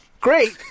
great